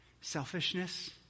selfishness